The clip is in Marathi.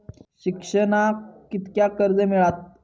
शिक्षणाक कीतक्या कर्ज मिलात?